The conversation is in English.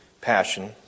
passion